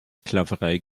sklaverei